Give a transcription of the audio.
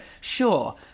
Sure